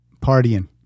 Partying